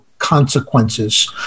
Consequences